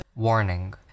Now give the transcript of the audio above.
Warning